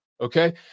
Okay